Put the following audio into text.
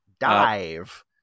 dive